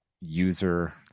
user